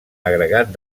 agregat